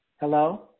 Hello